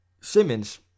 Simmons